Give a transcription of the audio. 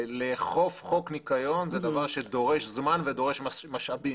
לאכוף חוק ניקיון זה דבר שדורש זמן ודורש משאבים.